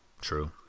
True